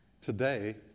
Today